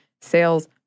sales